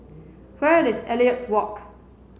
where is Elliot Walk